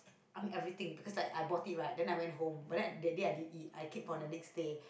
I mean everything because like I bought it right and then I went home but then that day I didn't eat I keep for the next day